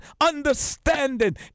understanding